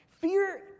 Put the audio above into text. fear